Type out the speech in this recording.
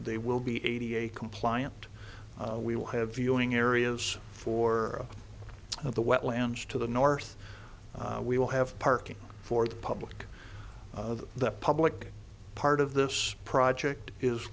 they will be eighty eight compliant we will have viewing areas for the wetlands to the north we will have parking for the public the public part of this project is